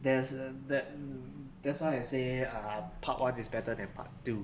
there's a there that's why I say err part one is better than part two